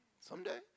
Someday